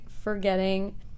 forgetting